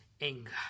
anger